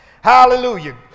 Hallelujah